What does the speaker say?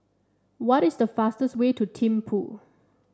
what is the fastest way to Thimphu